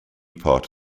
part